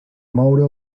moure